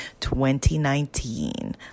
2019